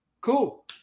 Cool